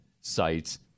sites